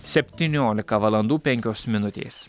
septyniolika valandų penkios minutės